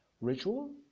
ritual